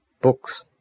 Books